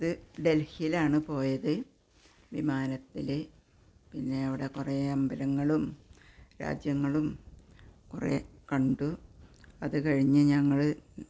അത് ഡൽഹിയിലാണ് പോയത് വിമാനത്തില് പിന്നെ അവിടെ കുറേ അമ്പലങ്ങളും രാജ്യങ്ങളും കുറേ കണ്ടു അതു കഴിഞ്ഞ് ഞങ്ങള്